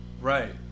right